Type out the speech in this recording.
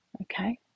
Okay